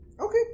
okay